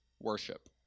worship